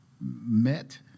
met